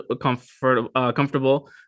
comfortable